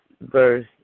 verse